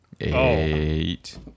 Eight